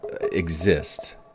exist